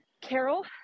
carol